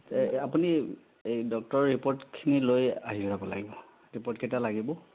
আপুনি এই ডক্টৰৰ ৰিপ'ৰ্ট খিনি লৈ আহি যাব লাগিব ৰিপ'ৰ্ট কেইটা লাগিব